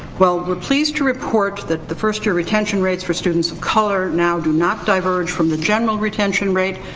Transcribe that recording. well, we're pleased to report that the first year retention rates for students of color now do not diverge from the general retention rate.